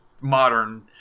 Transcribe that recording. modern